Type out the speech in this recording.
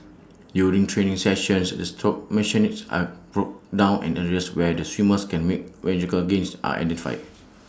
during training sessions the stroke mechanics are broken down and areas where the swimmer can make magical gains are identified